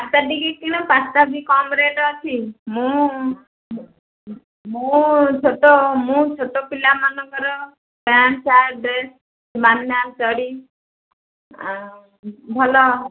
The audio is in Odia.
ପାଟ ଟିକେ କିଣ ପାଟ ବି କମ୍ ରେଟ୍ ଅଛି ମୁଁ ମୁଁ ଛୋଟ ମୁଁ ଛୋଟ ପିଲାମାନଙ୍କର ପ୍ୟାଣ୍ଟ୍ ସାର୍ଟ ଡ୍ରେସ୍ ଚଡ଼ି ଆଉ ଭଲ